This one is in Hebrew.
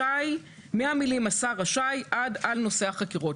מהמילים השר רשאי עד נושא החקירות,